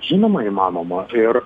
žinoma įmanoma ir